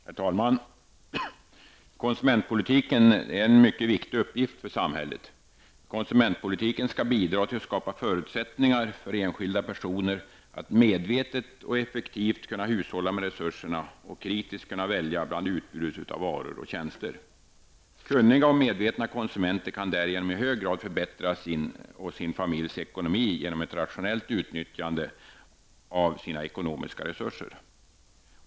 Herr talman! Konsumentpolitiken är en mycket viktig uppgift för samhället. Den skall bidra till att skapa förutsättningar för enskilda personer att medvetet och effektivt kunna hushålla med resurserna och kritiskt kunna välja bland utbudet av varor och tjänster. Kunniga och medvetna konsumenter kan därigenom i hög grad förbättra sin och sin familjs ekonomi genom ett rationellt utnyttjande av sina ekonomiska resurser.